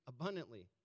abundantly